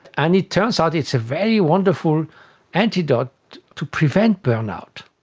and it turns out it's a very wonderful antidote to prevent burnout.